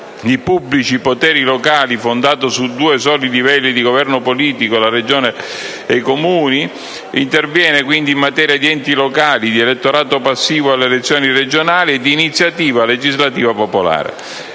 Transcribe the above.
di pubblici poteri locali fondato su due soli livelli di governo politico: la Regione e i Comuni. Il disegno di legge interviene, quindi, in materia di enti locali, di elettorato passivo alle elezioni regionali e di iniziativa legislativa popolare.